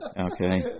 Okay